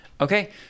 Okay